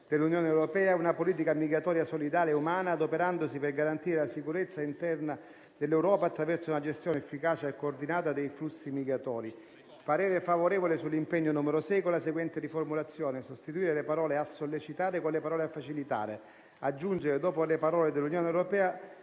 dell'Unione europea e una politica migratoria solidale e umana, adoperandosi per garantire la sicurezza interna dell'Europa attraverso una gestione efficace e coordinata dei flussi migratori". Esprimo parere favorevole sull'impegno n. 6 con la seguente riformulazione: sostituire le parole "a sollecitare" con le parole "a facilitare", aggiungere dopo le parole "dell'Unione europea"